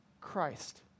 Christ